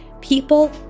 people